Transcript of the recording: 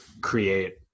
create